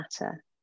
matter